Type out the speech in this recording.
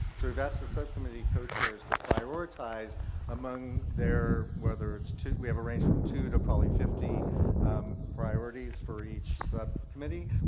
so we've asked the subcommittee co-chairs to prioritize among their. whether it's two. we have a range from two to probably fifty priorities for each subcommittee.